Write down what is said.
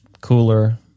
cooler